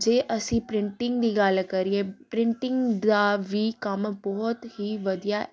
ਜੇ ਅਸੀਂ ਪ੍ਰਿੰਟਿੰਗ ਦੀ ਗੱਲ ਕਰੀਏ ਪ੍ਰਿੰਟਿੰਗ ਦਾ ਵੀ ਕੰਮ ਬਹੁਤ ਹੀ ਵਧੀਆ